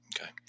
Okay